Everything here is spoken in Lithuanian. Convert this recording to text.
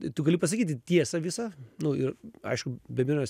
tu gali pasakyti tiesą visą nu ir aišku be abejonės